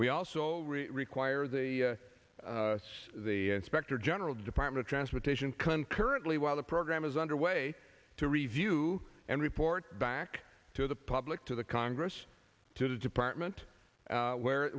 we also require the inspector general the department of transportation concurrently while the program is underway to review and report back to the public to the congress to the department where